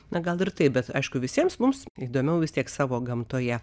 na gal ir taip bet aišku visiems mums įdomiau vis tiek savo gamtoje